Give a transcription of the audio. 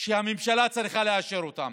והממשלה צריכה לאשר אותן.